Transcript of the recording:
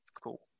Cool